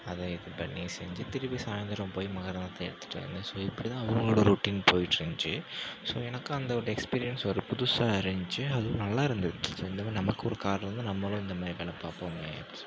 அதை இது பண்ணி செஞ்சு திரும்பி சாயந்தரம் போய் மகரந்தனத்தை எடுத்துகிட்டு வந்தேன் ஸோ இப்படி தான் அவங்களோட ரொட்டின் போய்ட்டுருந்ச்சி ஸோ எனக்கும் அந்த ஒரு எக்ஸ்பீரியன்ஸ் ஒரு புதுசாக இருந்துச்சி அதுவும் நல்லா இருந்துது ஸோ இந்த மாதிரி நமக்கு ஒரு காடு இருந்தால் நம்மளும் இந்த மாதிரி வேலை பார்ப்போமே அப்படி சொல்லிட்டு